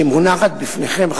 שמונחת בפניכם,